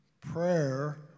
prayer